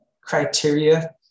criteria